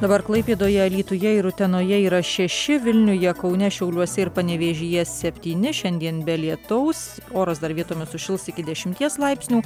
dabar klaipėdoje alytuje ir utenoje yra šeši vilniuje kaune šiauliuose ir panevėžyje septyni šiandien be lietaus oras dar vietomis sušils iki dešimties laipsnių